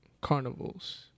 carnivals